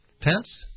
Pence